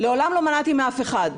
מעולם לא מנעתי מאף אחד,